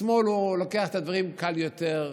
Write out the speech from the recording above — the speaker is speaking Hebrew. השמאל לוקח את הדברים קל יותר,